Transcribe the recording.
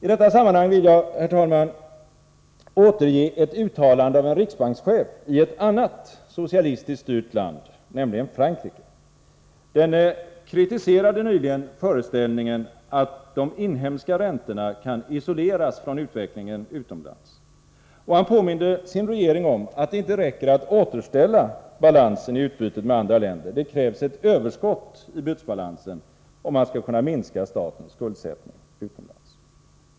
I detta sammanhang vill jag, herr talman, återge ett uttalande av en riksbankschef i ett annat socialistiskt styrt land, nämligen Frankrike. Denne kritiserade nyligen föreställningen att de inhemska räntorna kan isoleras från utvecklingen utomlands, och han påminde sin regering om att det inte räcker att återställa balansen i utbytet med andra länder. Det krävs ett överskott i bytesbalansen, om man skall kunna minska statens skuldsättning utomlands.